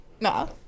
No